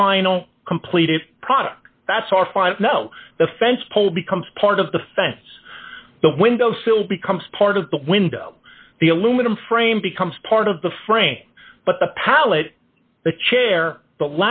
don't complete it product that's r five no the fence pole becomes part of the fence the window sill becomes part of the window the aluminum frame becomes part of the frame but the pallet the chair the